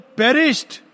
perished